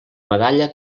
medalla